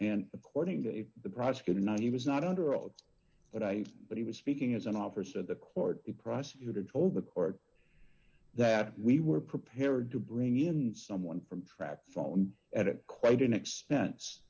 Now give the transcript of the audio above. and according to the prosecutor not he was not under oath but i but he was speaking as an author said the court the prosecutor told the court that we were prepared to bring in someone from trac fone at quite an expense